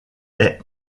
est